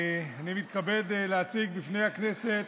אני מתכבד להציג בפני הכנסת,